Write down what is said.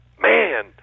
Man